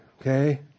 okay